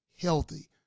healthy